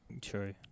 True